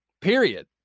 period